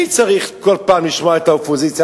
מי צריך כל פעם לשמוע את האופוזיציה,